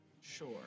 Sure